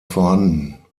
vorhanden